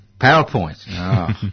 PowerPoint